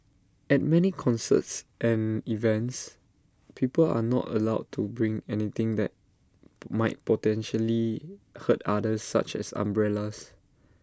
at many concerts and events people are not allowed to bring anything that might potentially hurt others such as umbrellas